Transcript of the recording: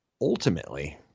ultimately